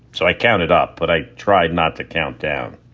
so i counted up. but i tried not to count down.